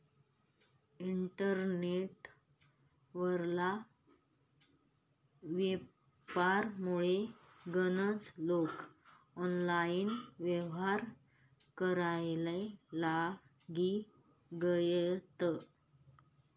internet वरला यापारमुये गनज लोके ऑनलाईन येव्हार कराले लागी गयात